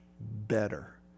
better